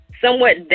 somewhat